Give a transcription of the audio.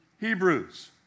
Hebrews